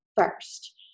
first